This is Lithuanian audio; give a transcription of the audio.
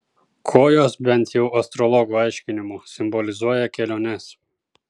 kojos bent jau astrologų aiškinimu simbolizuoja keliones